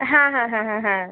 হ্যাঁ হ্যাঁ হ্যাঁ হ্যাঁ হ্যাঁ